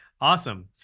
awesome